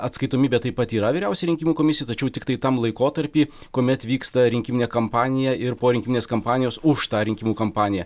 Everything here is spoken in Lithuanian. atskaitomybė taip pat yra vyriausiajai rinkimų komisijai tačiau tiktai tam laikotarpy kuomet vyksta rinkiminė kampanija ir po rinktinės kampanijos už tą rinkimų kampaniją